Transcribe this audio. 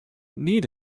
need